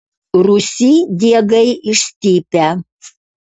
rūsy diegai išstypę